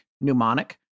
pneumonic